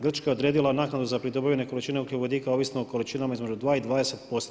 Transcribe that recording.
Grčka je odredila naknadu za pridobivanje količine ugljikovodika ovisno o količinama između 2 i 20%